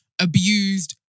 Abused